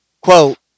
Quote